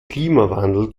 klimawandel